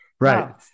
right